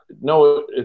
no